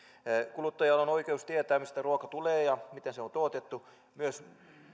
kuluttajalla on oikeus tietää mistä ruoka tulee ja miten se on tuotettu myös